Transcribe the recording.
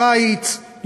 קיץ,